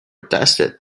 tested